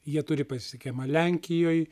jie turi pasisekimą lenkijoj